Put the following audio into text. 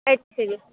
ਅੱਛਾ ਜੀ